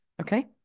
okay